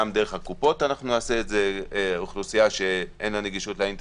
גם דרך הקופות נעשה את זה לטובת האוכלוסייה שאין לה אינטרנט